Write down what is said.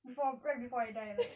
before right before I die right